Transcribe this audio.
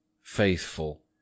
faithful